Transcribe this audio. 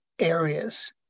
areas